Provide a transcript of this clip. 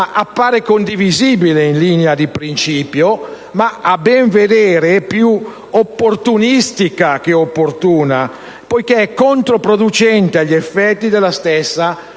appare condivisibile in linea di principio, ma a ben vedere è più opportunistica che opportuna, poiché è controproducente agli effetti della stessa finalità